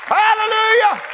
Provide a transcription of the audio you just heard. hallelujah